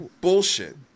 bullshit